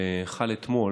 שחל אתמול,